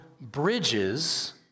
bridges